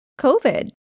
COVID